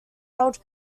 held